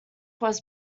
was